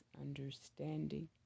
understanding